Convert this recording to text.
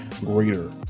greater